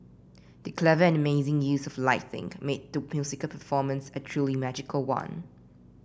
the clever and amazing use of lighting made the musical performance a truly magical one